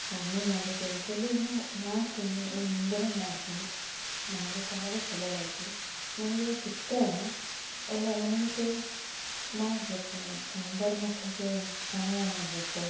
ಸಾಧನೆ ಮಾಡಿದ್ದೆ ಇದರಲ್ಲಿ ಇನ್ನೂ ಮಾಡ್ತೀನಿ ಇನ್ಮುಂದೆನೂ ಮಾಡ್ತೀನಿ ಮಾಡಬೇಕನ್ನೋದು ತಲೆಯಲ್ಲಿ ಐತೆ ನನಗೆ ಸಿಕ್ಕರೆ ಒಳ್ಳೆಯ ನನಗೆ ಮಾಡಬೇಕು ಬಡ ಮಕ್ಕಳಿಗೆ ಸಹಾಯ ಮಾಡಬೇಕು